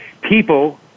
people